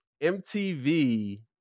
MTV